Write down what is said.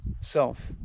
self